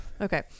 Okay